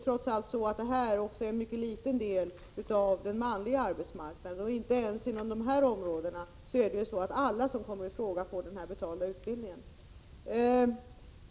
Trots allt utgör polisoch militäryrkena en mycket liten del av den manliga arbetsmarknaden, och det är inte heller så att alla som kommer i fråga för dessa yrken får sin utbildning betald.